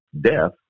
death